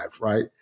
right